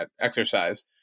exercise